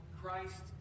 Christ